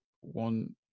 one